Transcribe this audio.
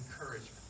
encouragement